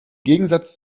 gegensatz